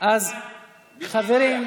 חברים,